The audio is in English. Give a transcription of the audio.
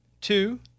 Two